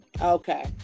Okay